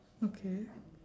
okay